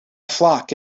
flock